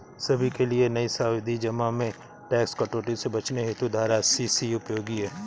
सभी के लिए नई सावधि जमा में टैक्स कटौती से बचने हेतु धारा अस्सी सी उपयोगी है